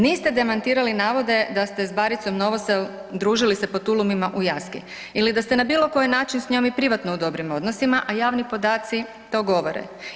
Niste demantirali navode da ste s Baricom Novosel družili se po tulumima u Jaski ili da ste na bilo koji način s njom i privatno u dobrim odnosima, a javni podaci to govore.